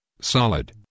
solid